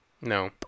No